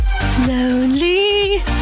Lonely